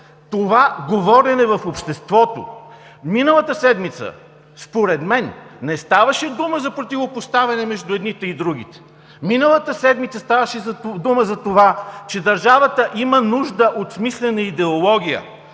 това говорене в обществото. Миналата седмица според мен не ставаше дума за противопоставяне между едните и другите. Миналата седмица ставаше дума за това, че държавата има нужда от смислена идеология,